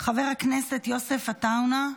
חבר הכנסת יוסף עטאונה,